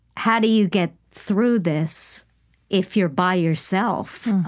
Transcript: how do you get through this if you're by yourself